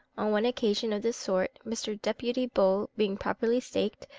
on one occasion of this sort, mr. deputy bull being properly staked,